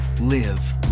live